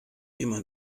immer